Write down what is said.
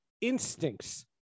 instincts